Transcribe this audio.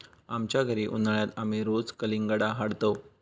आमच्या घरी उन्हाळयात आमी रोज कलिंगडा हाडतंव